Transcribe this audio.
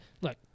look